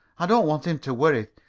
i don't want him to worry.